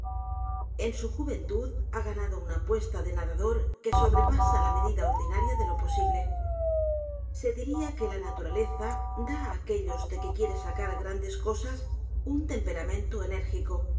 en su juventud ha ganado una apuesta de nadador que sobrepasa la medida ordinaria de lo posible se diria que la naturaleza da á aquellos de que quiere sacar g r a n d e s cosas un temperamento enérgico